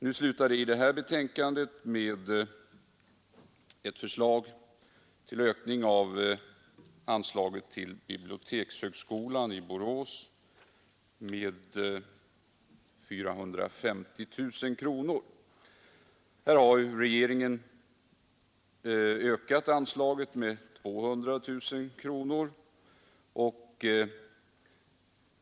Nu slutar hans reservation med ett förslag om en ökning av anslaget till bibliotekshögskolan i Borås med 450 000 kronor. Regeringen har höjt anslaget med 200 000 kronor.